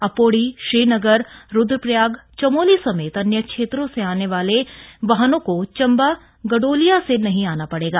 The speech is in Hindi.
अब पौड़ी श्रीनगर रुद्रप्रयाग चमोली समेत अन्य क्षेत्रों से आने जाने वाले वाहनों को चंबा गडोलिया से नहीं आना पड़ेगा